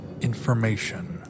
information